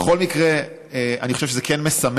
בכל מקרה, אני חושב שזה כן מסמל,